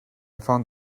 found